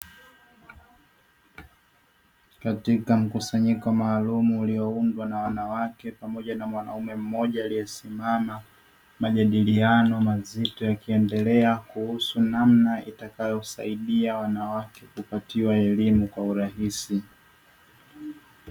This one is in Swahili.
Katika mkusanyiko maalumu ulioundwa na wanawake pamoja na mwanaume mmoja aliyesimama; majadiliano mazito yakiendelea kuhusu namna itakayosaidia wanawake kupatiwa elimu kwa urahisi.